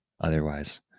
otherwise